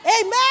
Amen